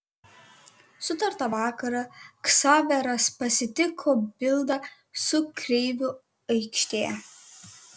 sutartą vakarą ksaveras pasitiko bildą su kreiviu aikštėje